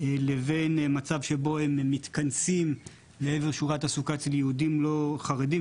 לבין מצב שבו הם מתכנסים לשיעורי התעסוקה אצל יהודים לא חרדים,